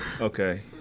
Okay